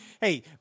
Hey